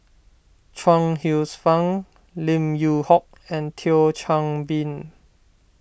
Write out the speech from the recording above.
Chuang Hsueh Fang Lim Yew Hock and Thio Chan Bee